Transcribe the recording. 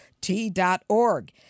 T.org